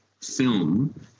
film